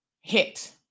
hit